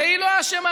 והיא לא אשמה,